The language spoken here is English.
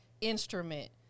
instrument